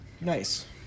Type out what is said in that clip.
Nice